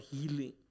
healing